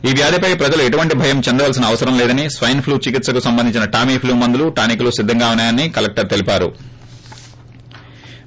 ఈ వ్యాధిపై ప్రజలు ఎటువంటి భయం చెందవలసిన అవసరలేదని స్వైన్ ప్లూ చికిత్సకు సంబంధించిన టామీ ప్లూ మందులు టానిక్లు సిద్దంగా ఉన్నాయని కలెక్టర్ తెలిపారు